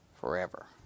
forever